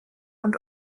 und